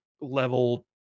level